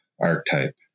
archetype